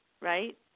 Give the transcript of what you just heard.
right